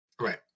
Right